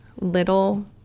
little